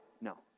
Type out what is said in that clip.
No